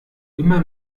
immer